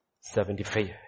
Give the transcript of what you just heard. Seventy-five